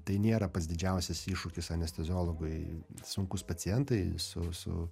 tai nėra pats didžiausias iššūkis anesteziologui sunkūs pacientai su su